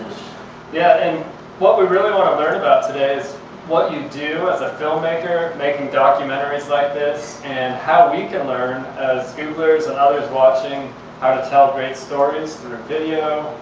yeah. and what we really want to learn about today is what you do as a filmmaker, making documentaries like this, and how we can learn as googlers and others watching how to tell great stories through video,